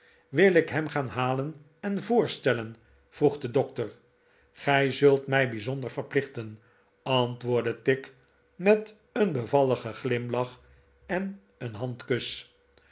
wil ik hem gaan halen en voorstellen vroeg de dokter gij zult mij bijzonder verplichten antwoordde tigg met een beyalligen glimlach en een handkus